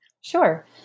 Sure